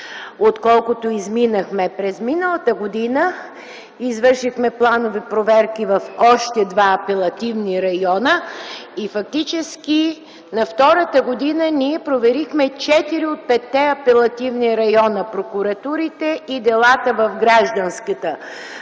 отколкото изминахме. През миналата година извършихме планови проверки в още два апелативни района. Фактически на втората година ние проверихме четири от петте апелативни района, прокуратурите и делата в гражданската материя.